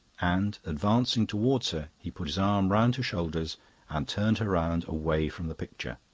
and, advancing towards her, he put his arm round her shoulders and turned her round, away from the picture.